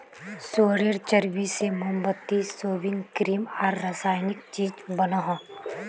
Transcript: सुअरेर चर्बी से मोमबत्ती, सेविंग क्रीम आर रासायनिक चीज़ बनोह